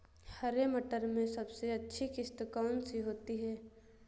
हरे मटर में सबसे अच्छी किश्त कौन सी होती है?